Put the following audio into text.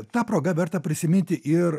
ta proga verta prisiminti ir